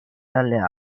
dalle